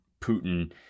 Putin